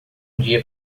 dia